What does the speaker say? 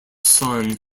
son